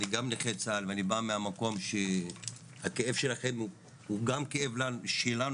אני גם נכה צה"ל ואני בא מהמקום שהכאב שלכם הוא גם כאב שלנו,